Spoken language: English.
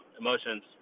emotions